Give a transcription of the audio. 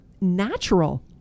natural